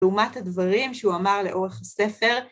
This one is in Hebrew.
לעומת הדברים שהוא אמר לאורך הספר.